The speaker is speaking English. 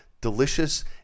delicious